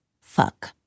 Fuck